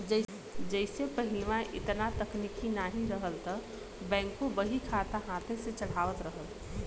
जइसे पहिलवा एतना तकनीक नाहीं रहल त बैंकों बहीखाता हाथे से चढ़ावत रहल